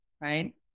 right